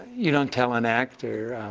you don't tell an actor